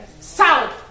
south